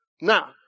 Now